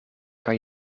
kan